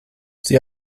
sie